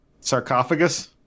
sarcophagus